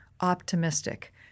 optimistic